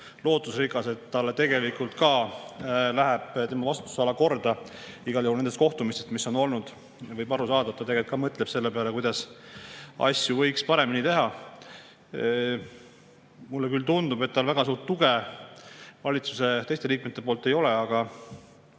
et talle tegelikult ka läheb tema vastutusala korda. Igal juhul nendest kohtumistest, mis on olnud, võib aru saada, et ta tegelikult ka mõtleb selle peale, kuidas asju võiks paremini teha. Mulle küll tundub, et tal väga suurt tuge valitsuse teistelt liikmetelt ei ole, aga